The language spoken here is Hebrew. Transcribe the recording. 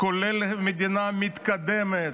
כולל מדינה מתקדמת.